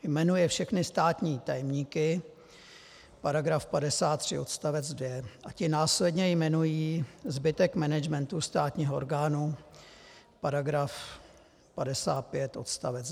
Jmenuje všechny státní tajemníky, § 53 odst. 2, a ti následně jmenují zbytek managementu státních orgánů, § 55 odst.